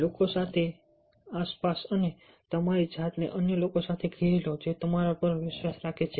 લોકો સાથે આસપાસ અને તમારી જાતને અન્ય લોકો સાથે ઘેરી લો જે તમારામાં પણ વિશ્વાસ રાખે છે